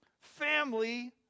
family